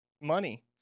Money